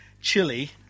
Chili